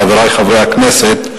חברי חברי הכנסת,